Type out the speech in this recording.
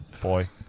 boy